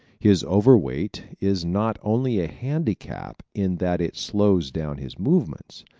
his overweight is not only a handicap in that it slows down his movements,